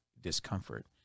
discomfort